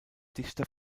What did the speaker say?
dichter